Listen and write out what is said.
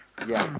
ya